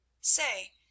SAY